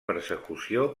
persecució